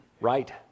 right